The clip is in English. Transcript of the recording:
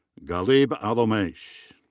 ghaleb alomaish.